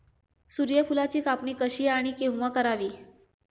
सूर्यफुलाची कापणी कशी आणि केव्हा करावी?